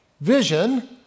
Vision